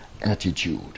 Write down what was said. attitude